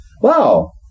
wow